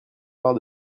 part